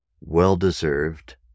well-deserved